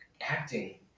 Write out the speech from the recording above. acting